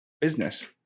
business